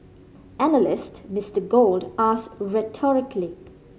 analyst Mister Gold asked rhetorically